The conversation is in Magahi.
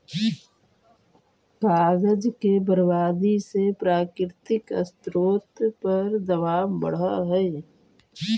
कागज के बर्बादी से प्राकृतिक स्रोत पर दवाब बढ़ऽ हई